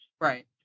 Right